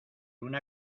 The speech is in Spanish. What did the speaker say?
una